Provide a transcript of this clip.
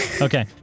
Okay